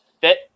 fit